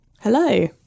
Hello